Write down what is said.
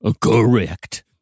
Correct